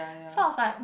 so I was like